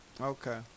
Okay